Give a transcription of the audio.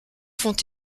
font